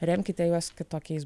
remkite juos kitokiais